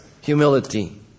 humility